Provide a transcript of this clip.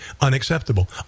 unacceptable